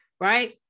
right